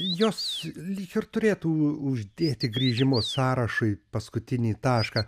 jos lyg ir turėtų uždėti grįžimo sąrašui paskutinį tašką